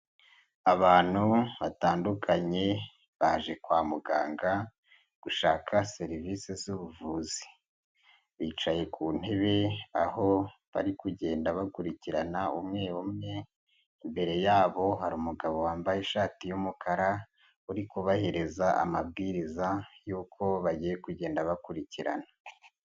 Abantu batandukanye baje kwa muganga gushaka serivisi z'ubuvuzi, bicaye ku ntebe aho bari kugenda bakurikirana umwe umwe, imbere yabo hari umugabo wambaye ishati y'umukara, uri kubahiriza amabwiriza yuko bagiye kugenda bakurikirana.